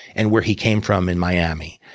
and where he came from in miami.